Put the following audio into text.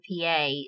PA